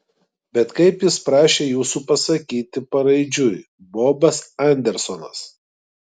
bet kaip jis prašė jūsų pasakyti paraidžiui bobas andersonas